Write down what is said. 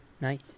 nice